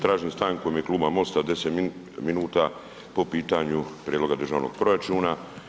Tražim stanku u ime Kluba MOST-a 10 minuta po pitanju Prijedloga državnog proračuna.